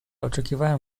oczekiwałem